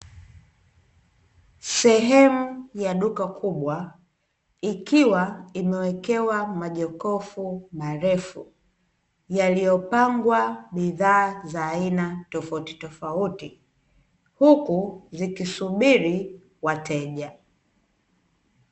Sehemu ya duka kubwa ikiwa imewekewa majokofi marefu yaliyopangwa bidhaa za aina tofautitofauti huku zikisubili wateja.